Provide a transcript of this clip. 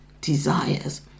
desires